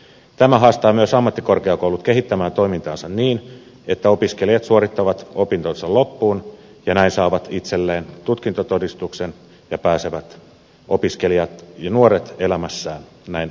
tämä haastaa myös ammattikorkeakoulut kehittämään toimintaansa niin että opiskelijat suorittavat opintonsa loppuun ja näin saavat itselleen tutkintotodistuksen ja nuoret pääsevät elämässään näin eteenpäin